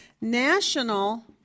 national